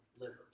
livers